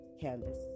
canvas